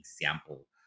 example